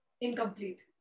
incomplete